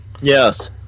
Yes